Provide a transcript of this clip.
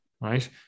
Right